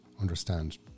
understand